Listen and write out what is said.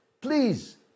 Please